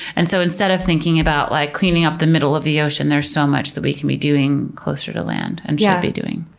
and so instead of thinking about like cleaning up the middle of the ocean, there's so much that we can be doing closer to land and yeah should be doing.